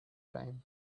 time